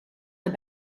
hij